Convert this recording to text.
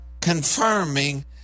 confirming